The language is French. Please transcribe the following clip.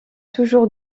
toujours